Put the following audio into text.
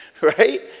right